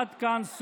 עד כאן.